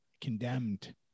condemned